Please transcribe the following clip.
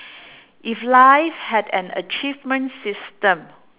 if life had an achievement system